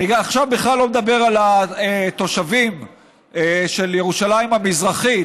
עכשיו אני בכלל לא מדבר על התושבים של ירושלים המזרחית,